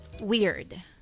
weird